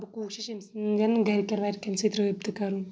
بہٕ کوٗشِش أمۍ سٕنٛدٮ۪ن گرِکٮ۪ن ورکٮ۪ن سۭتۍ رأبطہٕ کرُن